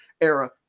era